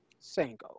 Sango